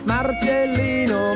Marcellino